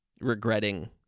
regretting